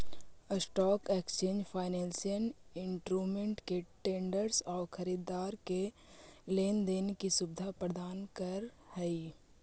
stock exchange financial instrument के traders आउ खरीदार के लेन देन के सुविधा प्रदान करऽ हइ